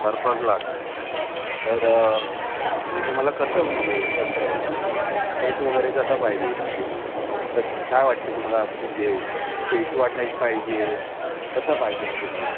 चार पाच लाख तर म्हणजे तुम्हाला कसं म्हणजे कसं सेट वगैरे कसा पाहिजे म्हणजे क् काय वाटतं तुम्हाला म्हणजे पेशवा टाईप पाहिजे कसा पाहिजे मग तुम्हाला